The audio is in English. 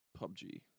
PUBG